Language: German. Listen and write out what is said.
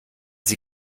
sie